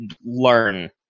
learn